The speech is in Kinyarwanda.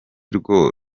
rwo